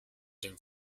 dem